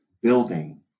building